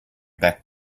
back